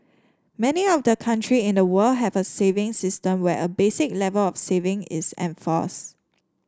many of the country in the world have a savings system where a basic level of saving is enforced